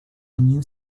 new